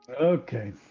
Okay